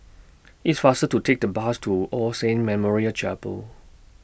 It's faster to Take The Bus to All Saints Memorial Chapel